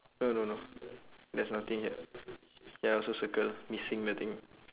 no no no there's nothing here ya K I also circle missing nothing